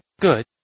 Good